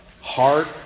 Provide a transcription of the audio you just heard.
heart